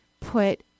put